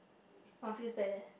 !wah! feels bad leh